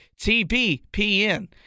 TBPN